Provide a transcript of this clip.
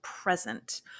present